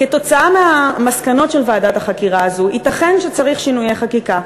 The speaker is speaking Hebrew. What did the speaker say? כתוצאה מהמסקנות של ועדת החקירה הזאת ייתכן שצריך שינויי חקיקה,